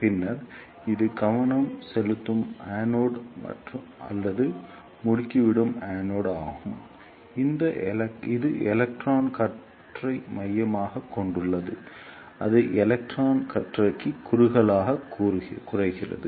பின்னர் இது கவனம் செலுத்தும் அனோட் அல்லது முடுக்கிவிடும் அனோட் ஆகும் இது எலக்ட்ரான் கற்றை மையமாகக் கொண்டுள்ளது அல்லது எலக்ட்ரான் கற்றைக்கு குறுகலாக குறைகிறது